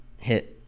hit –